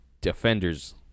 defenders